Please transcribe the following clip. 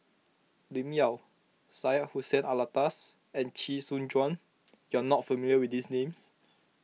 Lim Yau Syed Hussein Alatas and Chee Soon Juan you are not familiar with these names